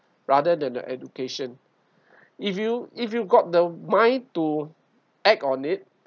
rather than the education if you if you got the mind to act on it